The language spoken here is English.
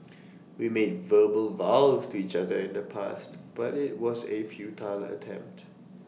we made verbal vows to each other in the past but IT was A futile attempt